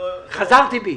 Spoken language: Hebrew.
חזרתי בי.